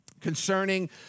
concerning